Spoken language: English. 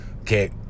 Okay